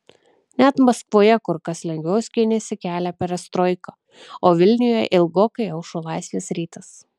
net maskvoje kur kas lengviau skynėsi kelią perestroika o vilniuje ilgokai aušo laisvės rytas